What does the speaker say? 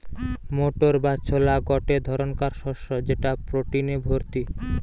motor বা ছোলা গটে ধরণকার শস্য যেটা প্রটিনে ভর্তি